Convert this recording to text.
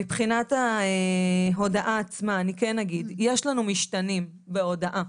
מבחינת ההודעה עצמה, יש לנו משתנים בהודעה.